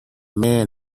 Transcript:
man